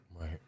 Right